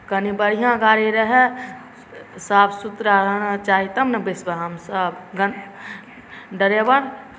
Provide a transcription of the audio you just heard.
कनि बढ़िऑं गाड़ी रहै साफ सुथड़ा हमरा चाही तब ने बैसबै हमसभ गन्दा ड्राइवर